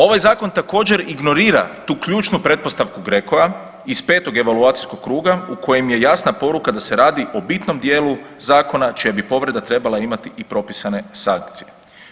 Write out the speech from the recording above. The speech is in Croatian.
Ovaj zakon također ignorira tu ključnu pretpostavku GRECO-a iz petog evaluacijskog kruga u kojem je jasna poruka da se radi o bitnom dijelu zakona čija bi povreda trebala imati i propisane sankcije.